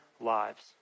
lives